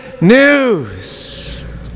news